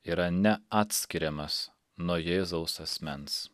yra neatskiriamas nuo jėzaus asmens